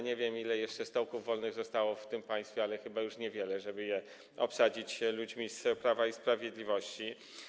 Nie wiem, ile jeszcze wolnych stołków zostało w tym państwie, ale chyba już niewiele, żeby je obsadzić ludźmi z Prawa i Sprawiedliwości.